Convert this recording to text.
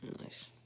Nice